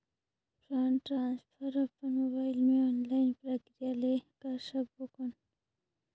Fund transfer अपन mobile मे online प्रक्रिया ले कर सकबो कौन?